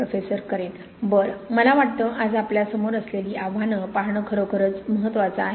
professor Karen बरं मला वाटतं आज आपल्यासमोर असलेली आव्हानं पाहणं खरोखरच महत्त्वाचं आहे